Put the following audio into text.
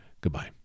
Goodbye